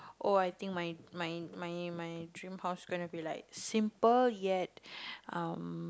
oh I think my my my my dream house's gonna be like simple yet